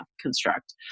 construct